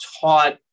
taught